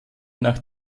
nach